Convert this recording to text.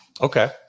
Okay